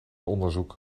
onderzoek